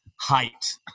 height